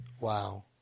Wow